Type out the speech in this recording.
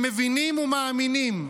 הם מבינים ומאמינים,